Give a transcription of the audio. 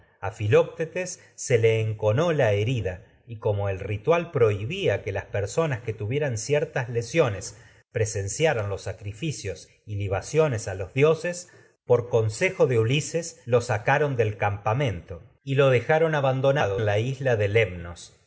la troya afiloctetes le en herida y como el ritual prohibía que las personas que ran tuvieran ciertas lesiones presencia y los sacrificios libaciones sacaron a los dioses por consejo de ulises lo del campamento y ív prólogo lo dejaron abandonado en la isla de lemnos